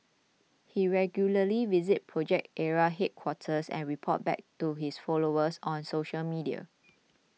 he regularly visits Project Ara headquarters and reports back to his followers on social media